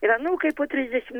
ir anūkai po trisdešim